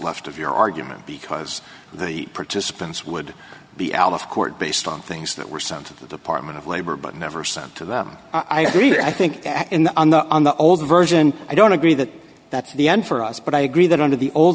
left of your argument because the participants would be out of court based on things that were sent to the department of labor but never sent to them i agree i think that in the on the on the older version i don't agree that that's the end for us but i agree that under the old